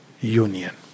union